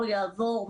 לא יעבור.